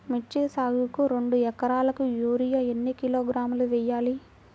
మిర్చి సాగుకు రెండు ఏకరాలకు యూరియా ఏన్ని కిలోగ్రాములు వేయాలి?